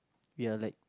we are like